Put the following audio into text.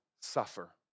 suffer